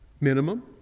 minimum